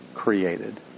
Created